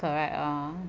correct lor